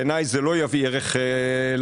בעיניי זה לא יביא ערך לציבור.